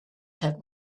have